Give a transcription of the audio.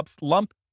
lump